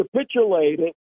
capitulated